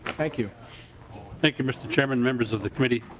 thank you thank you mr. chair and members of the committee.